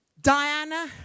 Diana